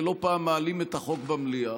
ולא פעם מעלים את החוק במליאה,